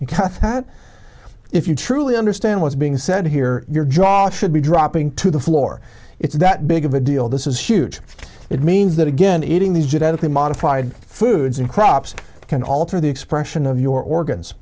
that if you truly understand what's being said here your jaw should be dropping to the floor it's that big of a deal this is huge it means that again eating these genetically modified foods and crops can alter the expression of your organs